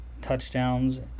touchdowns